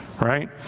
right